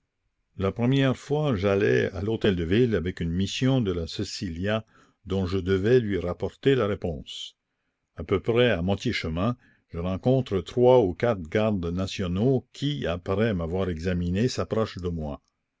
la première fois j'allais à l'hôtel-de-ville avec une mission de la cecillia dont je devais lui rapporter la réponse a peu près à moitié chemin je rencontre trois ou quatre gardes nationaux qui après m'avoir examinée s'approchent de moi